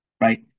right